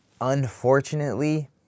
unfortunately